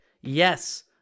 yes